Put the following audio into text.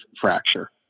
fracture